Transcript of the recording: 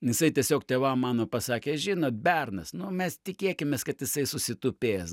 jisai tiesiog tėvam mano pasakė žinot bernas nu mes tikėkimės kad jisai susitupės